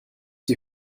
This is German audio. die